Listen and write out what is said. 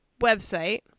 website